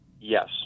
Yes